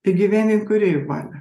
įgyvendint kūrėjo valią